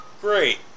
Great